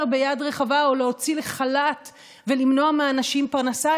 ביד רחבה או להוציא לחל"ת ולמנוע מאנשים פרנסה,